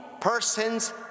persons